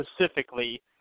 specifically